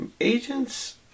agents